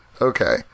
Okay